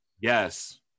Yes